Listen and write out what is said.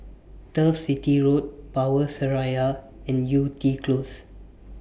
Turf City Road Power Seraya and Yew Tee Close